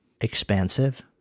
expansive